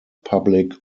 public